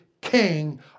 king